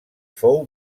fou